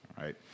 right